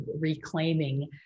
reclaiming